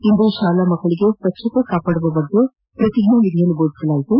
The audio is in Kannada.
ಇಂದು ಶಾಲಾ ಮಕ್ಕಳಿಗೆ ಸ್ವಚ್ದತೆ ಕಾಪಾದುವ ಬಗ್ಗೆ ಪ್ರತಿಜ್ಞಾವಿಧಿಯನ್ನು ಬೋಧಿಸಲಾಯಿತು